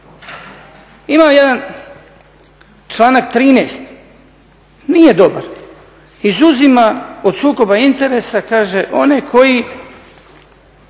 Ima jedan članak 13., nije dobar, izuzima od sukoba interesa one koji